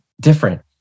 different